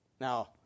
Now